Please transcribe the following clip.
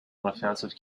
offensive